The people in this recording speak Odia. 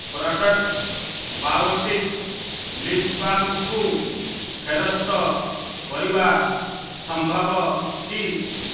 ପ୍ରଡ଼କ୍ଟ୍ ବାୟୋଟିକ୍ ଲିପ୍ବାମ୍ କୁ ଫେରସ୍ତ କରିବା ସମ୍ଭବ କି